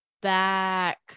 back